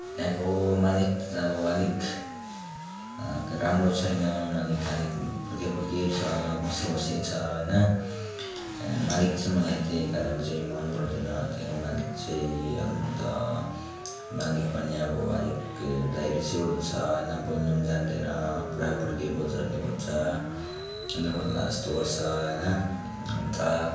त्यहाँको मालिक अब अलिक राम्रो छैन मालिक अलिक फुर्के फुर्के छ घोसे घोसे छ होइन मालिक चाहिँ मलाई त्यही कारण चाहिँ मनपर्दैन त्यहाँको मालिक चाहिँ अन्त मालिक पनि अब अलिक हेर्दै रिसैउठ्दो छ होइन बोल्नु पनि जान्दैन पुरा फुर्के बोल्छ निहुँ खोज्छ निहुँ खोज्ला जस्तो गर्छ होइन अन्त